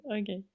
Okay